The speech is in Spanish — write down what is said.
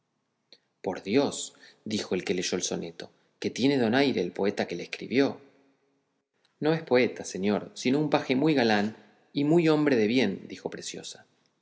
por dios dijo el que leyó el soneto que tiene donaire el poeta que le escribió no es poeta señor sino un paje muy galán y muy hombre de bien dijo preciosa